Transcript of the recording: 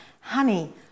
honey